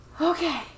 Okay